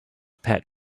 pet